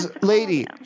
Lady